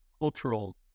cultural